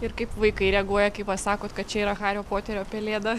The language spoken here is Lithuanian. ir kaip vaikai reaguoja kai pasakot kad čia yra hario poterio pelėda